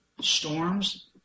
storms